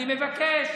אני מבקש